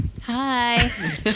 Hi